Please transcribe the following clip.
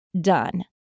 done